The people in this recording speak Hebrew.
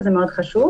וזה מאוד חשוב.